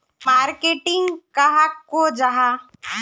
Marketing कहाक को जाहा?